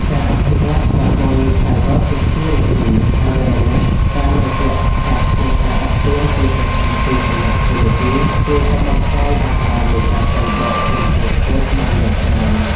ការអភិវឌ្ឍប្រព័ន្ធ Cyber Security Awareness តាមរយៈការផ្ញើសារដាស់តឿនជាប្រចាំពីសំណាក់ធនាគារ ជួយកាត់បន្ថយអត្រានៃការចាញ់បោកជនខិលខូចបានយ៉ាងច្រើន។